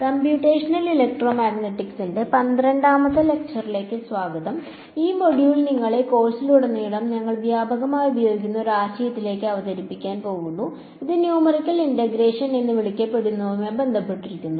ശരി ഈ മൊഡ്യൂൾ നിങ്ങളെ കോഴ്സിലുടനീളം ഞങ്ങൾ വ്യാപകമായി ഉപയോഗിക്കുന്ന ഒരു ആശയത്തിലേക്ക് അവതരിപ്പിക്കാൻ പോകുന്നു അത് ന്യൂമറിക്കൽ ഇന്റഗ്രേഷൻ എന്ന് വിളിക്കപ്പെടുന്നവയുമായി ബന്ധപ്പെട്ടിരിക്കുന്നു